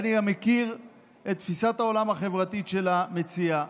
אני גם מכיר את תפיסת העולם החברתית של המציע,